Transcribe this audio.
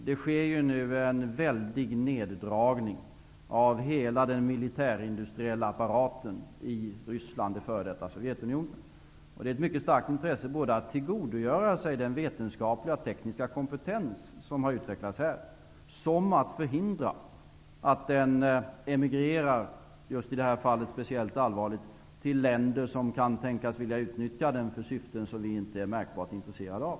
Det sker ju en väldig neddragning av hela den militärindustriella apparaten i Ryssland -- f.d. Sovjetunionen. Det finns ett mycket starkt intresse både att tillgodogöra sig den vetenskapliga och tekniska kompetens som har utvecklats och att förhindra att den emigrerar -- just i det här fallet är det speciellt allvarligt -- till länder som kan tänkas utnyttja den för syften som vi inte är märkbart intresserade av.